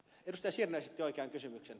sirnö esitti oikean kysymyksen